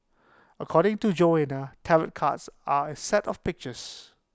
according to Joanna tarot cards are A set of pictures